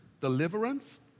deliverance